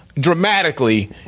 dramatically